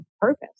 purpose